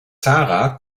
tara